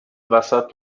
وسط